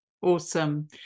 awesome